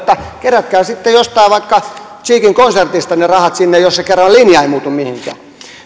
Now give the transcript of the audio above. kerätkää sitten jostain vaikka cheekin konsertista ne rahat sinne jos kerran linja ei muutu